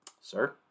sir